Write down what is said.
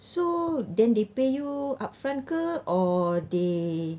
so then they pay you upfront ke or they